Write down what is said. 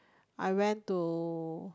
I went to